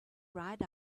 ride